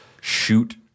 shoot